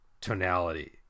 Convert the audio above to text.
tonality